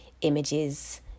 images